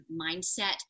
mindset